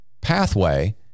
pathway